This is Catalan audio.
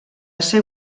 ser